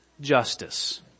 justice